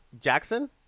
Jackson